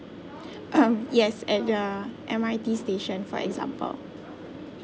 um yes at a M_R_T station for example